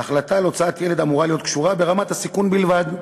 ההחלטה על הוצאת ילד אמורה להיות קשורה ברמת הסיכון בלבד,